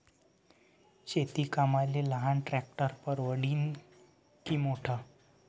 शेती कामाले लहान ट्रॅक्टर परवडीनं की मोठं?